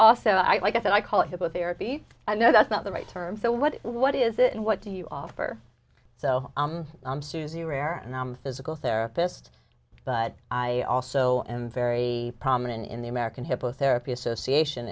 also i guess and i call it a therapy i know that's not the right term so what what is it and what do you offer so i'm susie rare and i'm physical therapist but i also am very prominent in the american hypnotherapy association